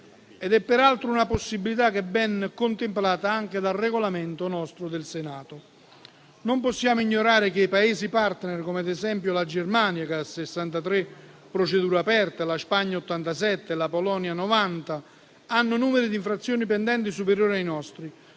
peraltro di una possibilità ben contemplata anche dal Regolamento del Senato. Non possiamo ignorare che alcuni Paesi *partner*, come ad esempio la Germania (ha 63 procedure aperte), la Spagna (87) e la Polonia (90), hanno numeri di infrazioni pendenti superiori ai nostri.